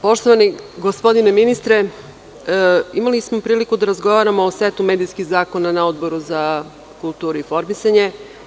Poštovani gospodine ministre, imali smo priliku da razgovaramo o setu medijskih zakona na Odboru za kulturu i informisanje.